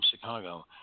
Chicago